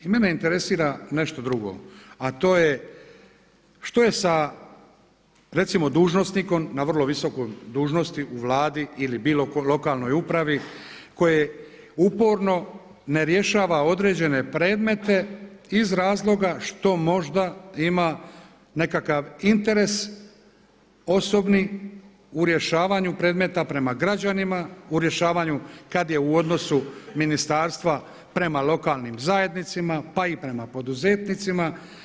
I mene interesira nešto drugo a to je što je recimo sa dužnosnikom na vrlo visokoj dužnosti u Vladi ili lokalnoj upravi koje uporno ne rješava određene predmete iz razloga što možda ima nekakav interes osobni u rješavanju predmeta prema građanima, u rješavanju kada je u odnosu ministarstva prema lokalnim zajednicama, pa i prema poduzetnicima.